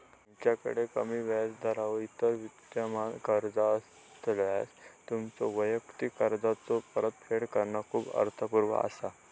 तुमच्याकड कमी व्याजदरावर इतर विद्यमान कर्जा असल्यास, तुमच्यो वैयक्तिक कर्जाचो परतफेड करणा खूप अर्थपूर्ण असा